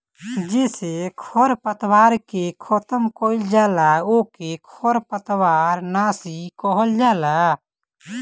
जेसे खरपतवार के खतम कइल जाला ओके खरपतवार नाशी कहल जाला